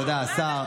תודה, השר.